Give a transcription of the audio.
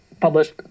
published